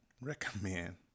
recommend